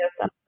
yes